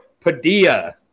Padilla